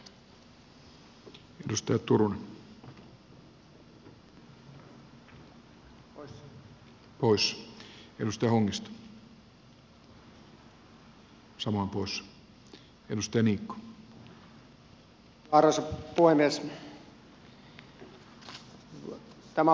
arvoisa puhemies